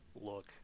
look